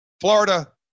Florida